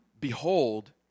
behold